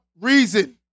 reason